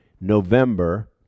November